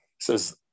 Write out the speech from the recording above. says